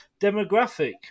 demographic